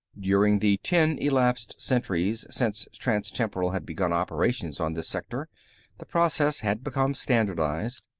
during the ten elapsed centuries since transtemporal had begun operations on this sector the process had become standardized.